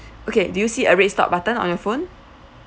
okay do you see a red stop button on your phone